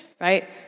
right